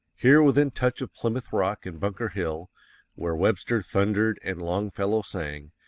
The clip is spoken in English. here within touch of plymouth rock and bunker hill where webster thundered and longfellow sang,